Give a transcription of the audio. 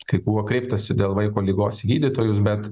kai buvo kreiptasi dėl vaiko ligos į gydytojus bet